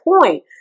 point